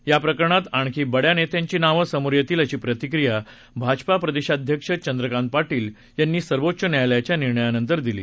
या प्रकरणात आणखी बड्या नेत्यांची नावं समोर येतील अशी प्रतिक्रिया भाजपा प्रदेशाध्याक्ष चंद्रकांत पाटील यांनी सर्वोच्च न्यायालयाच्या निर्णयानंतर दिली